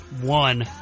one